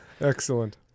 Excellent